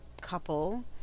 couple